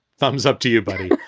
thumbs up to you, buddy.